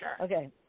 Okay